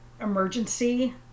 emergency